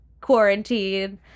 quarantine